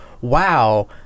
wow